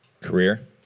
Career